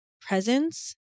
presence